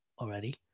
already